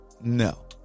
no